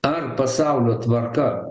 ar pasaulio tvarka